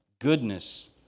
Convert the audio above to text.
goodness